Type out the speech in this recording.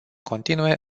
continue